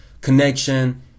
connection